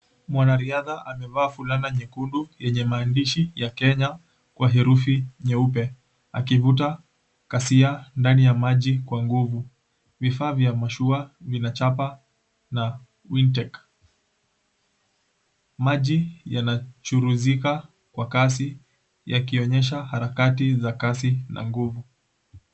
Mwanariadha amevaa fulana nyekundu yenye maandishi ya Kenya kwa herufi nyeupe, akivuta kasia ndani ya maji kwa nguvu. Vifaa vya mashua vinachapa na wintake, maji yanachuruzika kwa kasi, yakionyesha harakati za kasi na nguvu.